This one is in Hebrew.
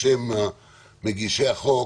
בשם מגישי החוק,